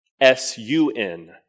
S-U-N